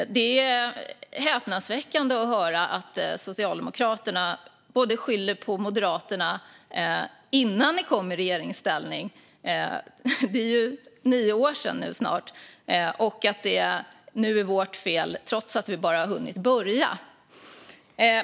Det är häpnadsväckande att höra att Socialdemokraterna skyller på vad Moderaterna gjorde innan ni kom i regeringsställning, vilket är snart nio år sedan, och på vad vi gör nu, trots att vi bara har hunnit börja.